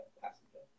passenger